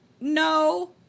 no